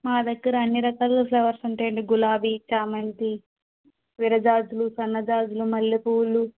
మా దగ్గర అన్ని రకాల ఫ్లవర్స్ ఉంటాయండి గులాబీ చామంతి విరజాజులు సన్నజాజులు మల్లెపూలు